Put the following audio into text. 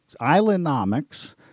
Islandomics